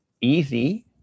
easy